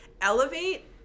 elevate